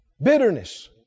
Bitterness